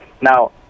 Now